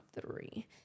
three